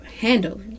handle